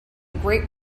great